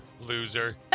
Loser